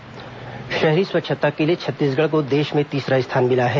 स्वच्छता प्रस्कार शहरी स्वच्छता के लिए छत्तीसगढ़ को देश में तीसरा स्थान मिला है